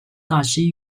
纳西